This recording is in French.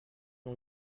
ont